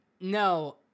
no